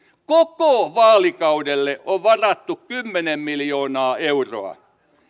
koko vaalikaudelle on varattu kymmenen miljoonaa euroa